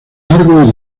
largos